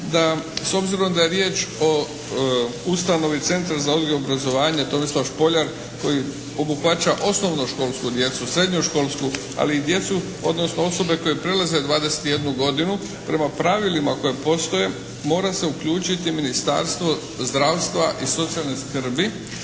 s obzirom da je riječ o ustanovi Centra za odgoj i obrazovanje "Tomislav Špoljar" koji obuhvaća osnovnoškolsku djecu, srednjoškolsku, ali i djecu odnosno osobe koje prelaze 21 godinu prema pravilima koja postoje mora se uključiti Ministarstvo zdravstva i socijalne skrbi